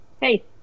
Hey